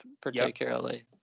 particularly